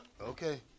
Okay